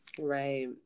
right